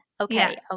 Okay